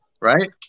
Right